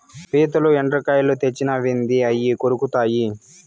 పీతలు, ఎండ్రకాయలు తెచ్చినావేంది అయ్యి కొరుకుతాయి